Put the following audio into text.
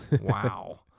Wow